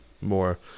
more